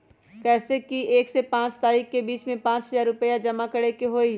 जैसे कि एक से पाँच तारीक के बीज में पाँच हजार रुपया जमा करेके ही हैई?